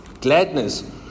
Gladness